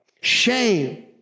Shame